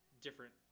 different